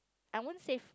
I won't safe